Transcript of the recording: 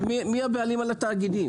אבל מי הבעלים של התאגידים?